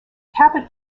cabot